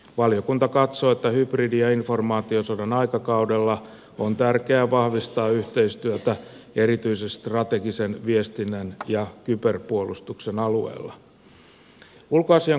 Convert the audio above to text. valiokunta katsoo että hybridi ja informaatiosodan aikakaudella on tärkeää vahvistaa yhteistyötä ja erityisesti strategisen viestinnän ja kyberpuolustuksen alueella